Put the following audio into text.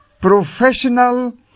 professional